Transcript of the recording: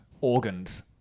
organs